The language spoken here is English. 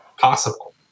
Possible